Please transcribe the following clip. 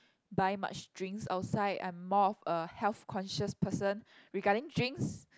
buy much drinks outside I'm more of a health conscious person regarding drinks